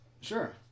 Sure